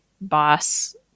boss